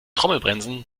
trommelbremsen